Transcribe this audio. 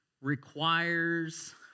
requires